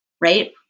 right